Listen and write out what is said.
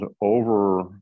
over